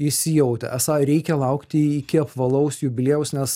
įsijautę esą reikia laukti iki apvalaus jubiliejaus nes